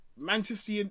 Manchester